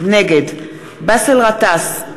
נגד באסל גטאס,